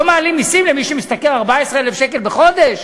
לא מעלים מסים למי שמשתכר 14,000 שקל בחודש?